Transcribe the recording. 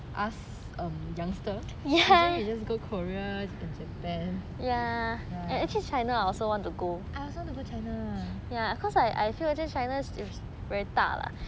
for us youngster usually we just go korea and japan right I also want to go china